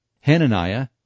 Hananiah